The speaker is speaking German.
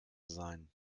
sein